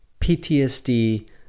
PTSD